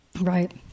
Right